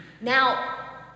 Now